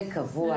זה קבוע,